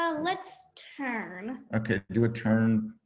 um let's turn. okay, do a turn.